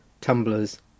tumblers